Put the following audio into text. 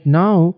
now